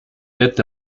ette